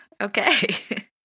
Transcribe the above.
Okay